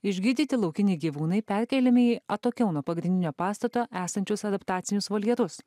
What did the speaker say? išgydyti laukiniai gyvūnai perkeliami į atokiau nuo pagrindinio pastato esančius adaptacinius voljerus